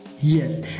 yes